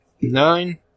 Nine